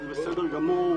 וזה בסדר גמור,